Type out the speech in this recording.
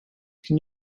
can